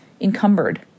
encumbered